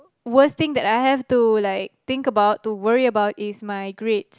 worst thing that I have to like think about to worry about is my grade